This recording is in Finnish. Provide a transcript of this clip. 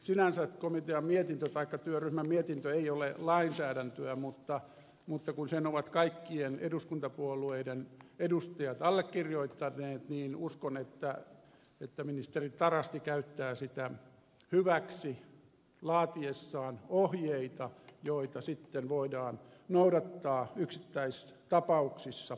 sinänsä työryhmän mietintö ei ole lainsäädäntöä mutta kun sen ovat kaikkien eduskuntapuolueiden edustajat allekirjoittaneet niin uskon että ministeri tarasti käyttää sitä hyväksi laatiessaan ohjeita joita sitten voidaan noudattaa yksittäistapauksissa joita eteen tulee